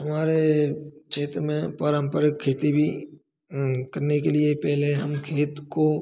हमारे क्षेत्र में पारंपरिक खेती भी करने के लिए पहले हम खेत को